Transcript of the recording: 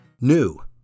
New